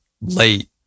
late